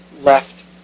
left